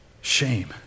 shame